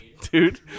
dude